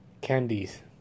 candies